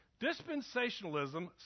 Dispensationalism